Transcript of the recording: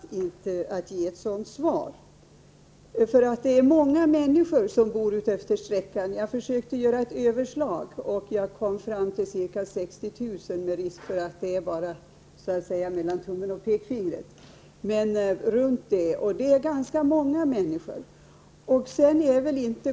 Det är många människor som bor utefter den här sträckan. Jag försökte göra ett överslag och kom fram till ca 60 000, med risk för att det så att säga bara är mellan tummen och pekfingret. Det är ganska många människor.